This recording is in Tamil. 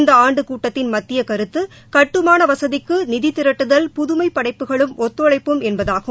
இந்த ஆண்டு கூட்டத்தின் மத்திய கருத்து கட்டுமான வசதிக்கு நிதி திரட்டுதல் புதுமை படைப்புகளும் ஒத்துழைப்பும் என்பதாகும்